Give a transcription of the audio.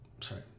sorry